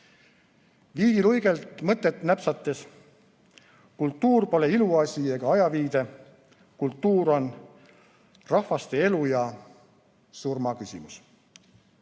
Viivi Luigelt mõtet napsates: kultuur pole iluasi ega ajaviide, kultuur on rahvaste elu ja surma küsimus.